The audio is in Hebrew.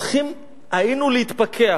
צריכים היינו להתפכח.